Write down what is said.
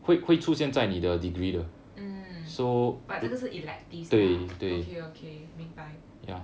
mm but 这个是 elective ah okay okay 明白